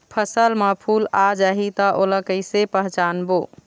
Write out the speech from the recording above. फसल म फूल आ जाही त ओला कइसे पहचानबो?